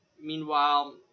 Meanwhile